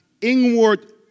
inward